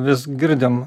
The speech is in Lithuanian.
vis girdim